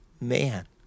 man